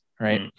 Right